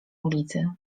ulicy